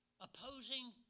Opposing